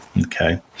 okay